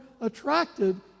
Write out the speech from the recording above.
attracted